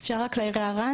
אפשר רק להעיר הערה?